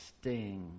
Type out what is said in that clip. sting